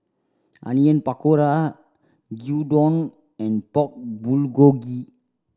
Onion Pakora Gyudon and Pork Bulgogi